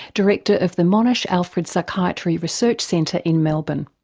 director of the monash alfred psychiatry research centre in melbourne.